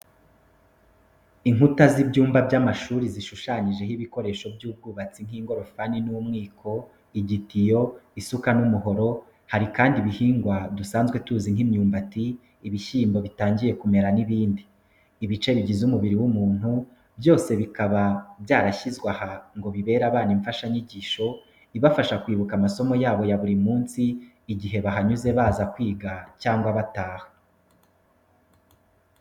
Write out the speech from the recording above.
Inkuta z'ibyumba by'amashuri zishushanyijeho ibikoresho by'ubwubatsi nk'ingorofani n'umwiko, igitiyo, isuka n'umuhoro, hari kandi ibihingwa dusanzwe tuzi nk'imyumbati, ibishyimbo bitangiye kumera n'ibindi. Ibice bigize umubiri w'umuntu byose bikaba byarashyizwe aha ngo bibere abana imfashanyigisho ibafasha kwibuka amasomo yabo ya buri munsi igihe bahanyuze baza kwiga cyangwa bataha.